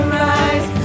rise